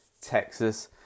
Texas